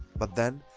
but then,